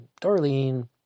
Darlene